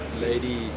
lady